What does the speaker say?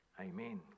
Amen